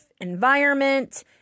environment